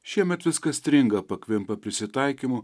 šiemet viskas stringa pakvimpa prisitaikymu